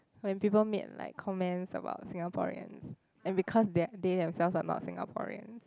when people made like comments about Singaporeans and because they they themselves are not Singaporeans